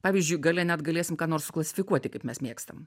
pavyzdžiui gale net galėsim ką nors suklasifikuoti kaip mes mėgstam